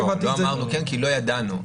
לא אמרנו כן כי לא ידענו.